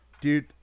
dude